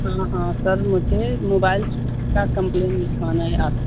हाँ हाँ सर मुझे मोबाइल का कम्प्लेन लिखवाना है आपके यहाँ